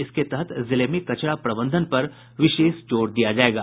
इसके तहत जिले में कचरा प्रबंधन पर विशेष जोर दिया जायेगा